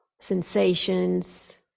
sensations